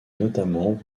notamment